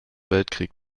weltkrieg